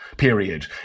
period